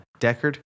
Deckard